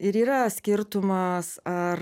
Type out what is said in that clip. ir yra skirtumas ar